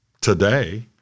today